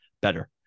better